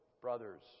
brothers